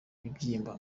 bibyimba